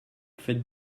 fête